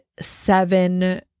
seven